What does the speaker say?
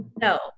no